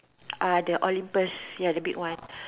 uh the Olympus ya the big one